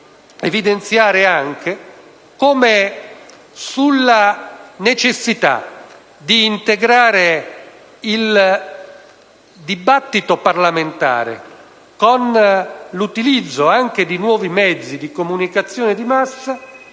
evidenziare anche come, sulla necessità di integrare il dibattito parlamentare con l'utilizzo anche di nuovi mezzi di comunicazione di massa,